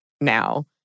now